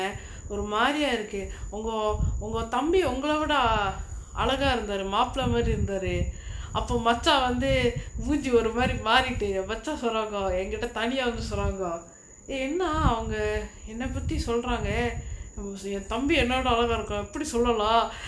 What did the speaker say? ஒரு மாரியா இருக்கு ஒங்கோ ஒங்க தம்பி ஒங்கள விட:oru maariyaa iruku ongo onga thambi ongala vida ah அழகா இருந்தாரு மாப்ள மாரி இருந்தாரு அபோ மச்சான் வந்து மூஞ்சி ஒருமாரி மாறிட்டு மச்சான் சொல்றாங்கோ எங்கிட்ட தனியா வந்து சொல்றாங்கோ:alaga irunthaaru maapla maari irunthaaru appo machaan vanthu moonji orumaari maaritu machaan solraango enkitta thaniya vanthu solraango eh என்னா அவங்க என்ன பத்தி சொல்றாங்க அபோ சரியா தம்பி என்னோட அழகா இருக்கா எப்புடி சொல்லலா:enna avanga enna pathi solraanga appo sariyaa thambi ennoda alaga iruka eppudi solala